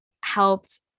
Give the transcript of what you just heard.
helped